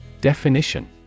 Definition